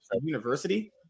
University